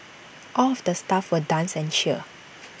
all of the staff will dance and cheer